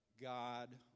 God